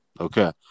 Okay